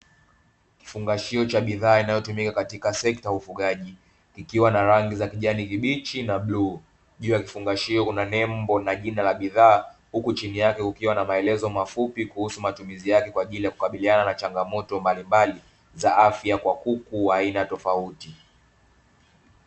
Kifungashio cha bidhaa inayotumika katika sekta ya ufugaji, ikiwa na rangi za kijani kibichi na bluu. Juu ya kifungashio kuna nembo na jina la bidhaa, huku chini yake kukiwa na maelezo mafupi kuhusu matumizi yake kwa ajili ya kukabiliana na changamoto mbalimbali, za afya kwa kuku wa aina tofauti.